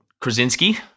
Krasinski